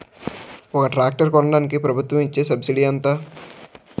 ఒక ట్రాక్టర్ కొనడానికి ప్రభుత్వం ఇచే సబ్సిడీ ఎంత?